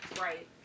right